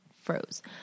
froze